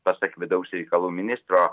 pasak vidaus reikalų ministro